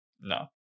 No